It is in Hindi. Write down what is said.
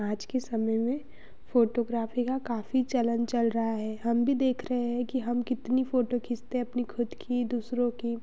आज के समय में फ़ोटोग्राफी का काफ़ी चलन चल रहा है हम भी देख रहे हैं कि हम कितनी फोटो खींचते हैं अपनी खुद की दूसरों की